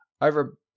Over